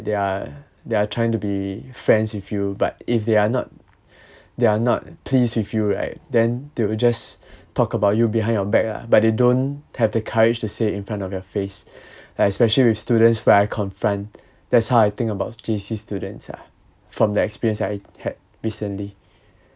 they are they are trying to be friends with you but if they are not they are not pleased with you right then they will just talk about you behind your back lah but they don't have the courage to say in front of your face especially with students where I confront that's how I think about J_C students ah from the experience I had recently